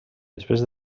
després